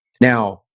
Now